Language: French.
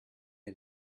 est